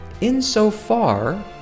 insofar